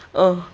oh